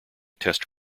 test